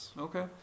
Okay